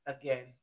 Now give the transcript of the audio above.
Again